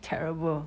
terrible